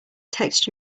text